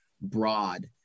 broad